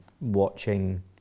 watching